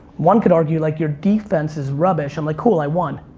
one could argue like your defense is rubbish. i'm like cool, i won.